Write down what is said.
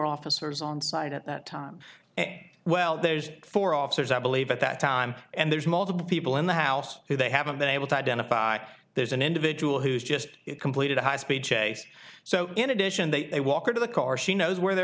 officers on site at that time and well there's four officers i believe at that time and there's multiple people in the house who they haven't been able to identify there's an individual who's just completed a high speed chase so in addition they walk into the car she knows where they're